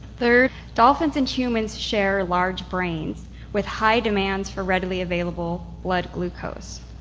third, dolphins and humans share large brains with high demands for readily available blood glucose.